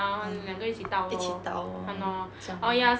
ah 一起 dao lor 这样 lor